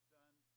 done